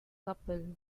couple